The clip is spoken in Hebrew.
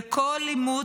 וכל לימוד,